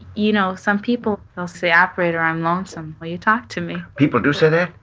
you know, some people will say, operator, i'm lonesome, will you talk to me? people do say that,